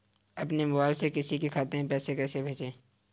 अपने मोबाइल से किसी के खाते में पैसे कैसे भेजें?